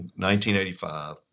1985